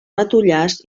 matollars